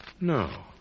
No